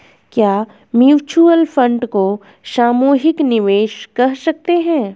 क्या mutual fund को सामूहिक निवेश कह सकते हैं?